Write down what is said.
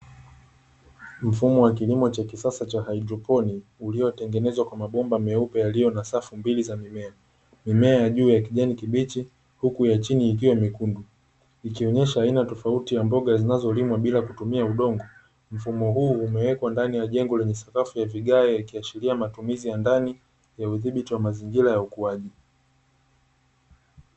Mfumo wa kilimo cha kisasa cha haidroponi uliotengezwa kwa mabomba meupe yaliyo na safu mbili za mimea, mimea iliyo na kijani kibichi, huku ya chini ikiwa mekundu, ikionyesha aina tofauti ya mboga zinazolimwa bila kutumia udongo, mfumo huu umewekwa ndani ya jengo lenye sakafu ya vigae yakiashiria matumizi ya ndani ya udhibiti wa mazingira ya ukuaji.